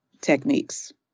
techniques